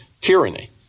tyranny